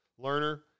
Lerner